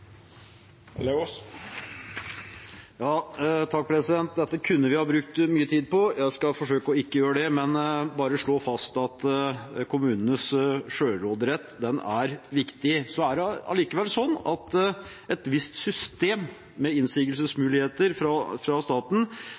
Dette kunne vi ha brukt mye tid på, jeg skal forsøke å ikke gjøre det, men bare slå fast at kommunenes selvråderett er viktig. Så er det allikevel sånn at et visst system med innsigelsesmuligheter fra staten